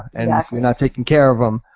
and if you're not taking care of them,